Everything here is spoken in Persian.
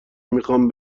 میخوام